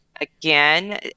again